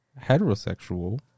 heterosexual